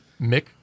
Mick